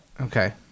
Okay